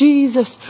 Jesus